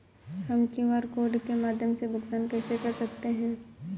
हम QR code के माध्यम से भुगतान कैसे कर सकते हैं?